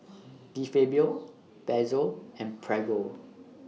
De Fabio Pezzo and Prego